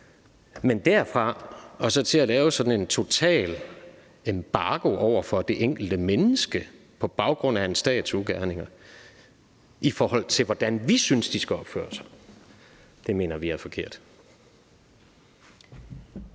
Men derfra og så til at lave sådan en total embargo over for det enkelte menneske på baggrund af en stats ugerninger, i forhold til hvordan vi synes de skal opføre sig, mener vi er forkert.